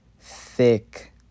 Thick